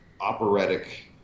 operatic